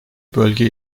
bölge